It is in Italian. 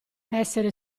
essere